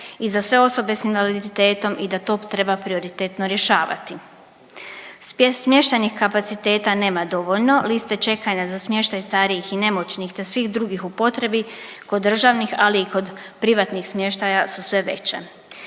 i za sve osobe s invaliditetom i da to treba prioritetno rješavati. Smještajnih kapaciteta nema dovoljno, liste čekanja za smještaj starijih i nemoćnih te svih drugih u potrebi kod državnih ali i kod privatnih smještaja su sve veće.